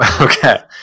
Okay